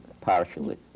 Partially